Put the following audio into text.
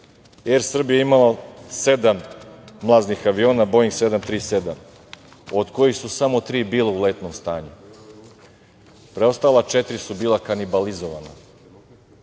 Er Srbija je imala sedam mlaznih aviona, „Boing 737“, od kojih su samo tri bila u letnom stanju, preostala četiri su bila kanibalizovana